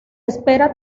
espera